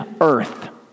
earth